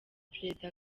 perezida